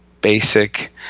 basic